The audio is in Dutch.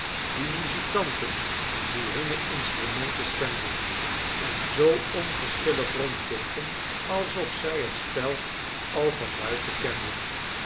die muzikanten die hunne instrumenten stemden en zoo onverschillig rondkeken alsof zij het spel al van buiten kenden